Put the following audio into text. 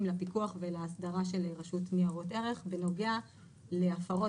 לפיקוח ולהסדרה של רשות ניירות ערך בנוגע להפרות,